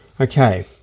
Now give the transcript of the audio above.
Okay